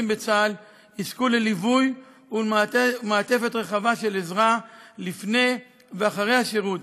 בצה"ל יזכו לליווי ולמעטפת רחבה של עזרה לפני ואחרי השירות,